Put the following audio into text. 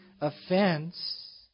offense